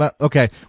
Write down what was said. okay